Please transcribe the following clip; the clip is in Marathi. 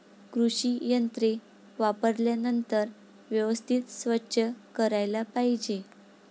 कृषी यंत्रे वापरल्यानंतर व्यवस्थित स्वच्छ करायला पाहिजे